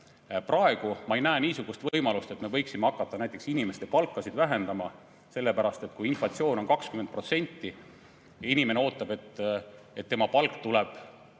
Praegu ma ei näe niisugust võimalust, et me võiksime hakata näiteks inimeste palka vähendama, sest kui inflatsioon on 20%, siis inimene ootab, et tema palk tuleb